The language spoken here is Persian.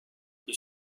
این